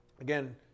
Again